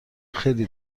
خیلی